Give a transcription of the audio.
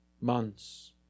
months